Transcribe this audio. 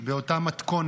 באותה מתכונת.